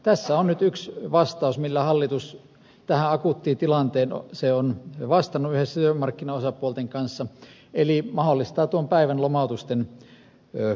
tässä on nyt yksi vastaus millä hallitus tähän akuuttiin tilanteeseen on vastannut yhdessä työmarkkinaosapuolten kanssa eli mahdollistaa tuon päivän lomautusten korvaamisen